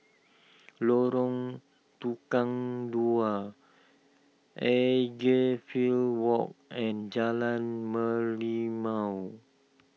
Lorong Tukang Dua Edgefield Walk and Jalan Merlimau